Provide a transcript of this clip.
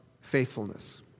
faithfulness